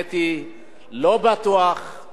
לא בטוח שהממשלה,